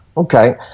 Okay